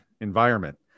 environment